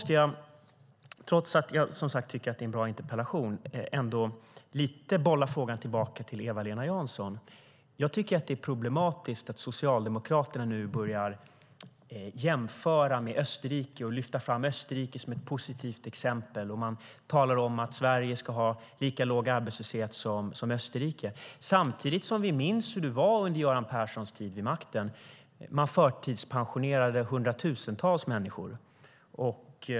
Trots att jag som sagt tycker att det är en bra interpellation måste jag ändå lite bolla frågan tillbaka till Eva-Lena Jansson. Jag tycker att det är problematiskt att Socialdemokraterna nu börjar jämföra oss med Österrike och lyfta fram Österrike som ett positivt exempel. Man talar om att Sverige ska ha lika låg arbetslöshet som Österrike. Samtidigt minns vi hur det var under Göran Perssons tid vid makten. Man förtidspensionerade hundratusentals människor.